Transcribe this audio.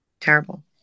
terrible